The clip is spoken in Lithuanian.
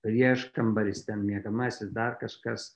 prieškambaris miegamasis dar kažkas